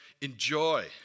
enjoy